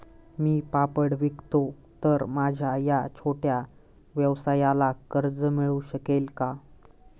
मी पापड विकतो तर माझ्या या छोट्या व्यवसायाला कर्ज मिळू शकेल का?